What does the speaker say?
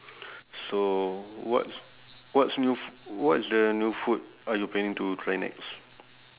so what's what's new f~ what is the new food are you planning to try next